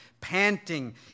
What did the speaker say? panting